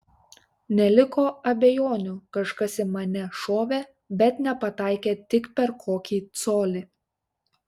neliko abejonių kažkas į mane šovė bet nepataikė tik per kokį colį